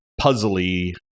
puzzly